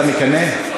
האופוזיציה,